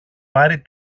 πάρει